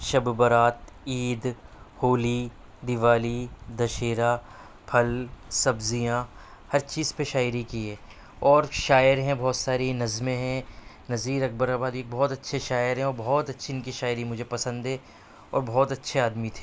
شب برأت عید ہولی دیوالی دشہرا پھل سبزیاں ہر چیز پہ شاعری کی ہے اور شاعر ہیں بہت ساری نظمیں ہیں نظیر اکبر آبادی بہت اچھے شاعر ہیں اور بہت اچھی اِن کی شاعری مجھے پسند ہے اور بہت اچھے آدمی تھے